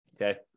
Okay